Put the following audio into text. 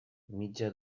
mitja